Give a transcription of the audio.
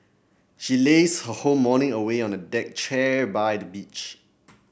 she lazed her whole morning away on the deck chair by the beach